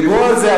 דיברו על זה.